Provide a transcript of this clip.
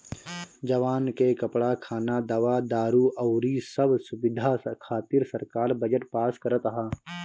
जवान के कपड़ा, खाना, दवा दारु अउरी सब सुबिधा खातिर सरकार बजट पास करत ह